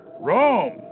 Rome